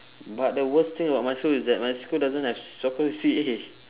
but the worst thing about my school is that my school doesn't have soccer C_C_A